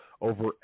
over